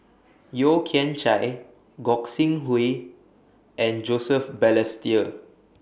Yeo Kian Chai Gog Sing Hooi and Joseph Balestier